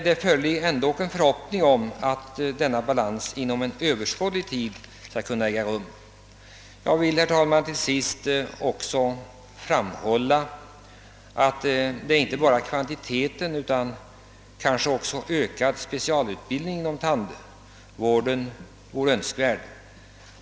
Det råder ändå en förhoppning om att detta inom överskådlig tid skall kunna bli fallet. Jag vill, herr talman, till sist också framhålla att inte bara ett större antal tandläkare utan kanske också ökad specialutbildning inom tandvården vore önskvärd.